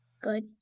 Good